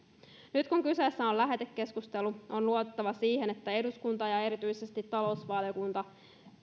nyt kun kyseessä on lähetekeskustelu on luotettava siihen että eduskunta ja erityisesti talousvaliokunta